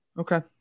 Okay